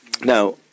Now